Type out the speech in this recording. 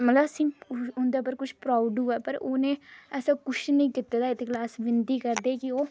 मतलब असेंगी उंदे पर कुछ प्राउड होऐ पर उ'नें ऐसा कुछ नेईं कीते दा ऐ अस विनती करने कि ओह्